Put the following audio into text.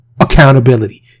accountability